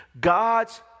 God's